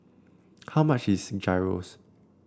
how much is Gyros